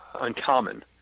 uncommon